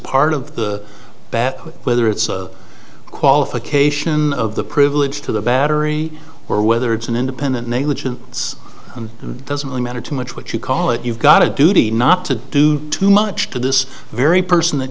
part of the bat whether it's qualification of the privilege to the battery or whether it's an independent negligence and it doesn't matter too much what you call it you've got a duty not to do too much to this very person that